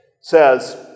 says